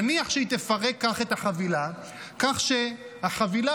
נניח שהיא תפרק כך את החבילה כך שהחבילה